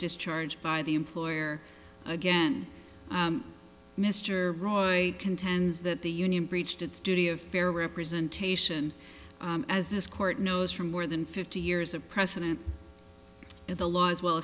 discharged by the employer again mr roy contends that the union breached its duty of fair representation as this court knows for more than fifty years of precedent in the law as well